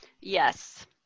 Yes